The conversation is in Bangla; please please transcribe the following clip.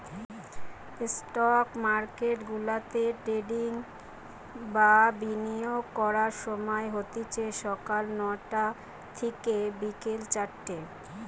স্টক মার্কেটগুলাতে ট্রেডিং বা বিনিয়োগ করার সময় হতিছে সকাল নয়টা থিকে বিকেল চারটে